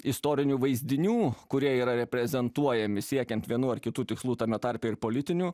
istorinių vaizdinių kurie yra reprezentuojami siekiant vienų ar kitų tikslų tame tarpe ir politinių